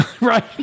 Right